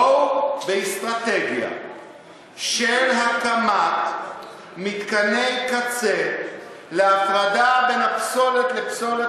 בואו באסטרטגיה של הקמת מתקני קצה להפרדה בין פסולת לפסולת,